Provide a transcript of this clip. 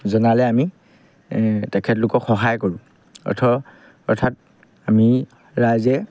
জনালে আমি তেখেতলোকক সহায় কৰোঁ অৰ্থ অৰ্থাৎ আমি ৰাইজে